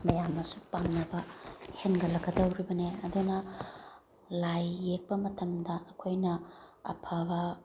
ꯃꯌꯥꯝꯅꯁꯨ ꯄꯥꯝꯅꯕ ꯍꯦꯟꯒꯠꯂꯛꯀꯗꯧꯔꯤꯕꯅꯦ ꯑꯗꯨꯅ ꯂꯥꯏ ꯌꯦꯛꯄ ꯃꯇꯝꯗ ꯑꯩꯈꯣꯏꯅ ꯑꯐꯕ